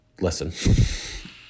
listen